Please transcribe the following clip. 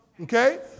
Okay